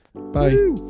Bye